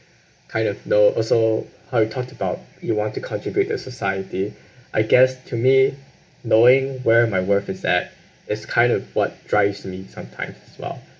kind of know also how you thought about you want to contribute to the society I guess to me knowing where my worth is that it's kind of what drives me sometimes as well